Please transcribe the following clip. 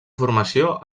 formació